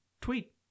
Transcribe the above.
tweet